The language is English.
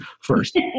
first